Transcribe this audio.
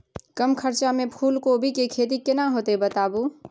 कम खर्चा में फूलकोबी के खेती केना होते बताबू?